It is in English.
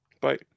bye